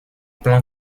plan